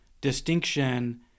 distinction